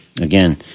again